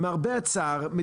למרבה הצער,